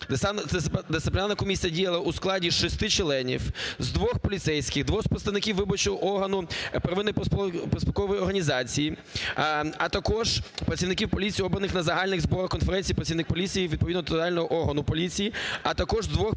дисциплінарна комісія діяла у складі 6 членів: двох поліцейських, двох представників виборчого органу первинної профспілкової організації, а також працівників поліції, обраних на загальних зборах, конференції працівників поліції відповідно територіального органу поліції, а також двох представників